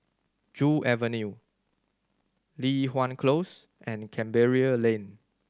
Joo Avenue Li Hwan Close and Canberra Lane